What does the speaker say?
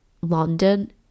London